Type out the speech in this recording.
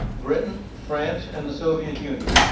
britain, france and the soviet union.